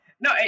No